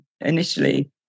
initially